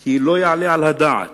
כי לא יעלה על הדעת